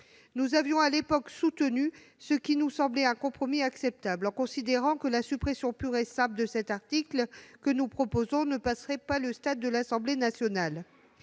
Nous avions, à l'époque, soutenu ce qui nous semblait un compromis acceptable, en considérant que la suppression pure et simple de la disposition, que nous proposions, ne passerait pas le stade de l'examen par l'Assemblée nationale.